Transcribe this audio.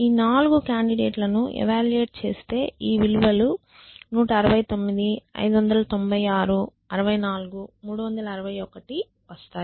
ఈ 4 కాండిడేట్ లను ఎవాల్యూట్ చేస్తే ఈ విలువలు 169 596 64 361 వస్తాయి